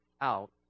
out